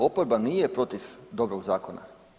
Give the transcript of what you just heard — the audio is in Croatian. Oporba nije protiv dobrog zakona.